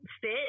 fit